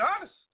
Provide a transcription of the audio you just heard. honest